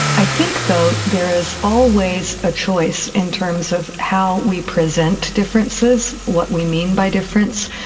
i think though there is always a choice in terms of how we present differences, what we mean by difference,